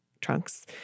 trunks